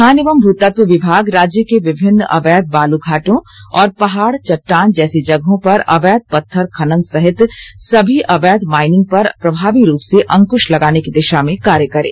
खान एवं भूतत्व विभाग राज्य के विभिन्न अवैध बालू घाटों और पहाड़ चट्टान जैसी जगहों पर अवैध पत्थर खनन सहित सभी अवैध माइनिंग पर प्रभावी रूप से अंकुश लगाने की दिशा में कार्य करे